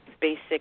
basic